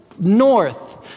north